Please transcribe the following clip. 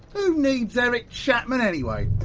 who needs eric chapman anyway?